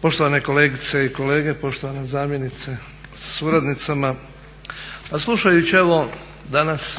Poštovane kolegice i kolege, poštovana zamjenice sa suradnicama pa slušajući evo danas